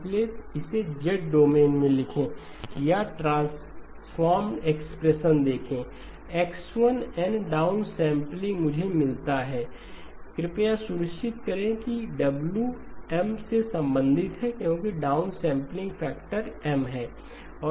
इसलिए इसे Z domain में लिखें या ट्रांसफॉर्म एक्सप्रेशनtransform expression देखें X1n डाउनसैंपलिंग मुझे मिलता है XD1M k0M 1 X कृपया सुनिश्चित करें कि W M से संबंधित है क्योंकि डाउनसैंपलिंग फैक्टर M है